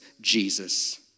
Jesus